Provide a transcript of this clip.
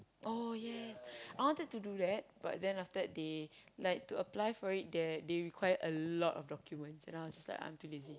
oh ya I wanted to do that but then after that they like to apply for it that they require a lot of documents and I was like I'm too lazy